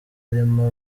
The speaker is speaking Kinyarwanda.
irimo